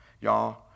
y'all